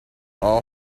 all